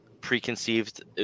preconceived –